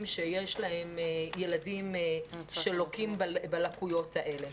שיש להם ילדים שלוקים בלקויות האלה.